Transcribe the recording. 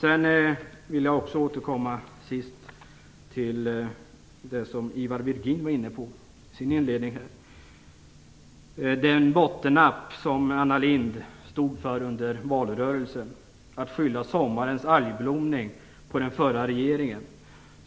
Till sist vill jag återkomma till det som Ivar Virgin var inne på i sitt anförande. Det gäller det bottennapp som Anna Lindh stod för under valrörelsen när hon skyllde sommarens algblomning på den förra regeringen.